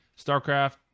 StarCraft